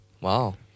wow